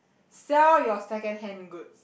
sell your secondhand goods